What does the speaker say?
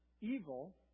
evil